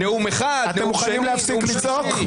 אתם מוכנים להפסיק לצעוק?